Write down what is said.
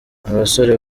abasore